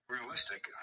realistic